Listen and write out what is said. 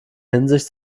hinsicht